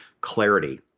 Clarity